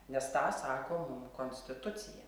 nes tą sako konstitucija